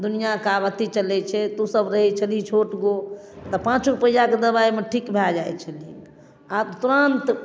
दुनिआके आब अथि चलै छै तों सभ रहै छेली छोट गो तऽ पाँच रुपैआके दवाइमे ठीक भऽ जाइ छलही आब तुरन्त